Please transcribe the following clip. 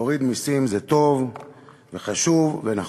להוריד מסים זה טוב וחשוב ונכון,